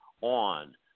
on